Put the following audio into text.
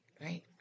Right